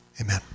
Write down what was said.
Amen